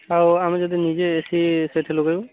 ହଉ ଆମେ ଯଦି ନିଜେ ଏ ସି ସେଠି ଲଗେଇବୁ